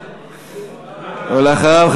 ואחריו,